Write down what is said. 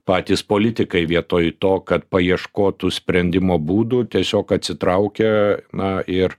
patys politikai vietoj to kad paieškotų sprendimo būdų tiesiog atsitraukia na ir